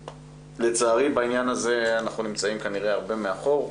לצערי בעניין הזה אנחנו נמצאים כנראה הרבה מאחור,